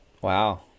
Wow